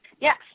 Yes